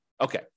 Okay